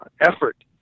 effort